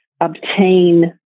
obtain